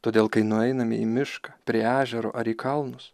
todėl kai nueiname į mišką prie ežero ar į kalnus